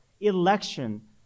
election